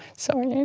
sorry, and